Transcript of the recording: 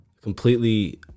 Completely